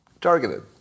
targeted